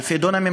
אלפי דונמים,